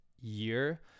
year